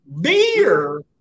beer